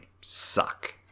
suck